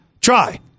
Try